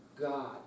God